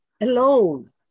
alone